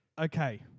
Okay